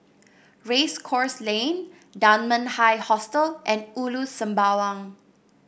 Race Course Lane Dunman High Hostel and Ulu Sembawang